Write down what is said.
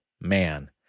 man